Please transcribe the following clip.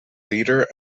leader